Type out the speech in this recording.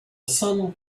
sun